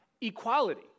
equality